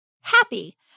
happy